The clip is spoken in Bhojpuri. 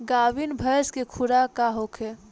गाभिन भैंस के खुराक का होखे?